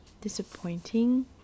disappointing